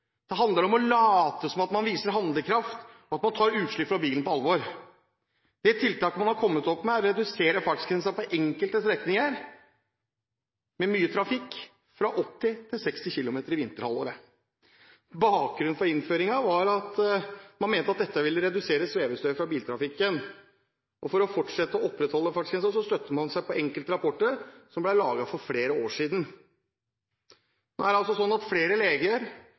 Det handler om å late som om man viser handlekraft, og at man tar utslippene fra bilen på alvor. Det tiltaket man har kommet opp med, er å redusere fartsgrensen på enkelte strekninger med mye trafikk fra 80 til 60 km/t i vinterhalvåret. Bakgrunnen for innføringen var at man mente at dette ville redusere svevestøvet fra biltrafikken. For å opprettholde miljøfartsgrensen støtter man seg på enkelte rapporter som ble laget for flere år siden.